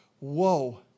whoa